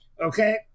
Okay